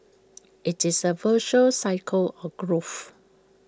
IT is A virtuous cycle of growth